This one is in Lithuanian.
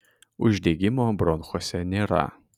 uždegimo bronchuose nėra